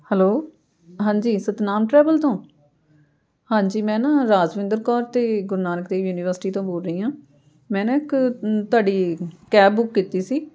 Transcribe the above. hello ਹਾਂਜੀ Satnam travel ਤੋਂ ਹਾਂਜੀ ਮੈਂ ਨਾ ਰਾਜਵਿੰਦਰ ਕੌਰ ਅਤੇ ਗੁਰੂ ਨਾਨਕ ਦੇਵ ਯੂਨੀਵਰਸਿਟੀ ਤੋਂ ਬੋਲ ਰਹੀ ਹਾਂ ਮੈਂ ਨਾ ਇੱਕ ਤੁਹਾਡੀ ਕੈਬ ਬੁੱਕ ਕੀਤੀ ਸੀ